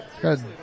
Good